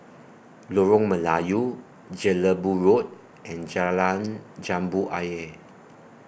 Lorong Melayu Jelebu Road and Jalan Jambu Ayer